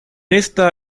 esta